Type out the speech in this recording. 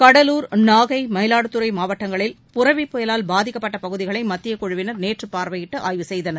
கடலூர் நாகை மயிலாடுதுரை மாவட்டங்களில் புரவி புயலால் பாதிக்கப்பட்ட பகுதிகளை மத்திய குழுவினர் நேற்று பார்வையிட்டு ஆய்வு செய்தனர்